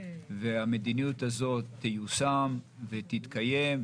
והמדיניות הזאת תיושם ותתקיים.